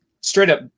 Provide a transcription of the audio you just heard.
straight-up